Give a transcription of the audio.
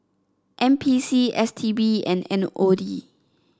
N P C S T B and M O D